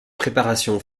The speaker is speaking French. préparation